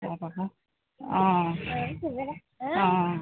তাৰ পৰা আকৌ অঁ অঁ